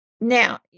Now